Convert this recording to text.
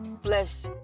flesh